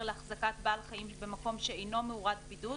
להחזקת בעל חיים במקום שאינו מאורת בידוד.